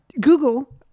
Google